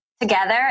together